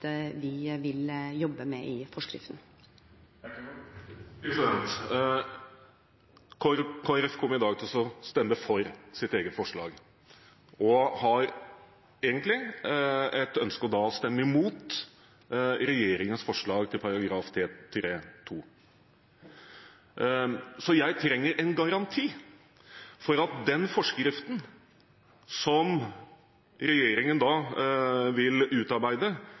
vi vil jobbe med i forskriften. Kristelig Folkeparti kommer i dag til å stemme for sitt eget forslag og har egentlig et ønske om å stemme imot regjeringens forslag til § 3-2. Så jeg trenger en garanti for at den forskriften som regjeringen vil utarbeide,